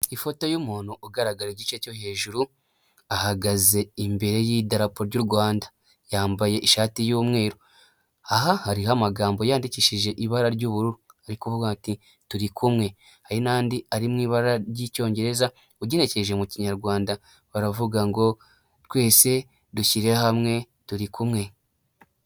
Ifoto y'umuntu ugaragara igice cyo hejuru, ahagaze imbere y'idapo ry'u rwanda, yambaye ishati y'umweru. Aha hariho amagambo yandikishije ibara ry'ubururu arikuvuga ati turi kumwe. Hari n'andi ari mu ibara ry'icyongereza, ugerekeje mu Kinyarwanda baravuga ngo twese dushyire hamwe turikumwe.